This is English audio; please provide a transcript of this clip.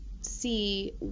see